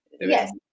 Yes